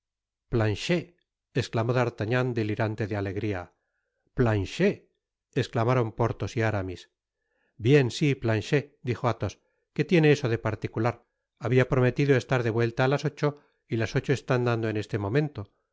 planchet esclamó d'artagnan delirante de alegria planchet i esclamaron porthos y aramis bien si planchet dijo athos que tiene eso de particular habia prometido estar de vuelta á las ocho y las ocho están dando en este momento